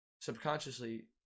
subconsciously